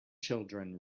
children